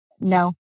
No